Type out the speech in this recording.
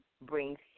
brings